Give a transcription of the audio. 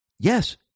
Yes